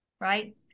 right